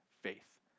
faith